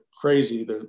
crazy